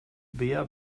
bea